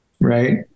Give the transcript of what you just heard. right